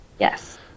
Yes